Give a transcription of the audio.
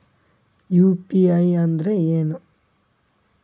UPI ಅಂದ್ರೆ ಏನು?